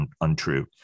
untrue